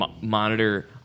monitor